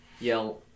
Yell